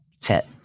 fit